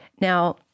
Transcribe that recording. Now